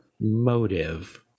motive